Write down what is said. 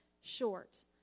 short